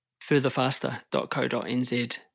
furtherfaster.co.nz